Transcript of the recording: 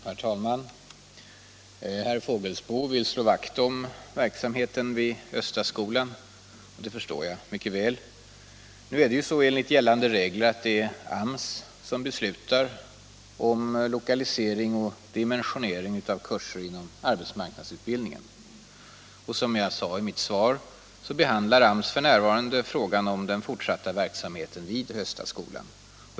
Herr talman! Herr Fågelsbo vill slå vakt om verksamheten vid Östaskolan. Det förstår jag mycket väl. Enligt gällande regler är det AMS som beslutar om lokalisering och dimensionering av kurser inom arbetsmarknadsutbildningen. Som jag sade i mitt svar behandlar AMS f. n. frågan om den fortsatta verksamheten vid Östaskolan.